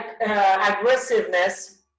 aggressiveness